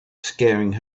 scaring